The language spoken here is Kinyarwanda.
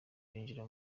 binjira